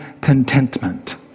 contentment